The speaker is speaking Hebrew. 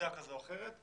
לאוכלוסייה כזו או אחרת,